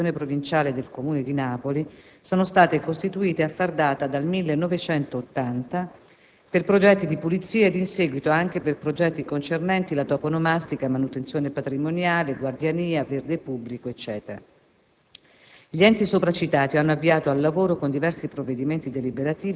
Le Cooperative di lavoro impegnate in lavori socialmente utili per conto dell'amministrazione provinciale e del Comune di Napoli, sono state costituite a far data dal 1980, per progetti di pulizia ed in seguito anche per progetti concernenti la toponomastica, manutenzione patrimoniale, guardiania, verde pubblico e